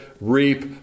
reap